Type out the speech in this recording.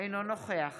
אינו נוכח